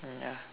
mm ya